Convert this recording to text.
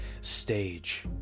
stage